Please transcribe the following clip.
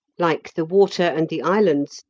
like the water and the islands,